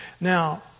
Now